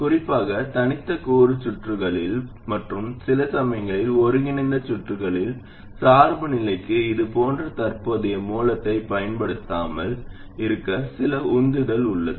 குறிப்பாக தனித்த கூறு சுற்றுகளில் மற்றும் சில சமயங்களில் ஒருங்கிணைந்த சுற்றுகளில் சார்புநிலைக்கு இது போன்ற தற்போதைய மூலத்தைப் பயன்படுத்தாமல் இருக்க சில உந்துதல் உள்ளது